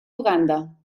uganda